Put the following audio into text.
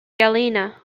galena